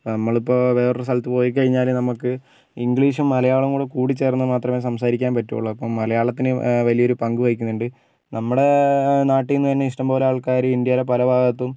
നമ്മൾ ഇപ്പോൾ വേറെ ഒരു സ്ഥലത്ത് പോയിക്കഴിഞ്ഞാൽ നമുക്ക് ഇംഗ്ലീഷും മലയാളവും കൂടെ കൂടി ചേർന്നു മാത്രമേ സംസാരിക്കാൻ പറ്റുള്ളൂ അപ്പം മലയാളത്തിന് വലിയൊരു പങ്ക് വഹിക്കുന്നുണ്ട് നമ്മുടെ നാട്ടിൽ നിന്നുതന്നെ ഇഷ്ടംപോലെ ആൾക്കാർ ഇന്ത്യയിലെ പല ഭാഗത്തും